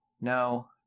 No